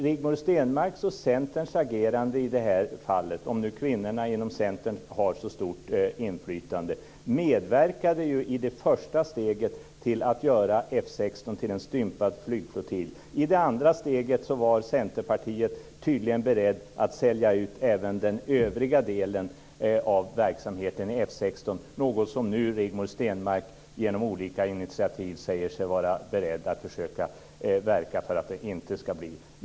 Rigmor Stenmarks och Centerns agerande i det här fallet, om nu kvinnorna inom Centern har så stort inflytande, medverkade i det första steget till att göra F 16 till en stympad flygflottilj. I det andra steget var Centerpartiet tydligen berett att sälja ut även den övriga delen av verksamheten vid F 16. Rigmor Stenmark säger sig nu beredd att genom olika initiativ försöka verka för att det inte blir så.